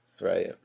Right